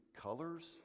colors